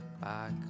back